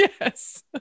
Yes